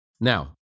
Now